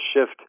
shift